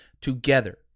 together